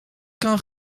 kan